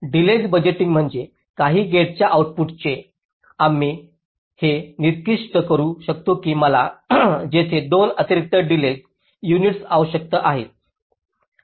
delays budgeting म्हणजे काही गेटच्या आऊटपुटचे आम्ही हे निर्दिष्ट करू शकतो की मला येथे 2 अतिरिक्त डिलेज युनिट्स आवश्यक आहेत